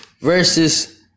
versus